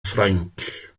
ffrainc